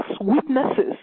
witnesses